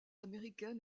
américaine